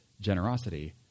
generosity